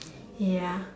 ya